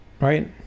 right